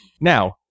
Now